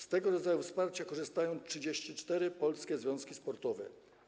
Z tego rodzaju wsparcia korzystają 34 polskie związki sportowe.